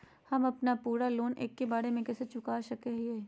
हम अपन पूरा लोन एके बार में कैसे चुका सकई हियई?